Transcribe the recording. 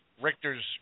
Richter's